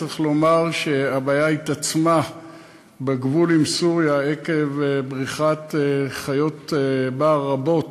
צריך לומר שהבעיה התעצמה בגבול עם סוריה עקב בריחת חיות בר רבות